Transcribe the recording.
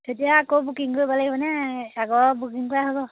তেতিয়া আকৌ বুকিং কৰিব লাগিব নে আগৰ বুকিং কৰাই হ'ব